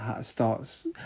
starts